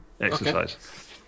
exercise